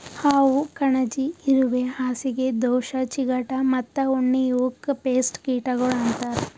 ಹಾವು, ಕಣಜಿ, ಇರುವೆ, ಹಾಸಿಗೆ ದೋಷ, ಚಿಗಟ ಮತ್ತ ಉಣ್ಣಿ ಇವುಕ್ ಪೇಸ್ಟ್ ಕೀಟಗೊಳ್ ಅಂತರ್